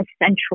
essential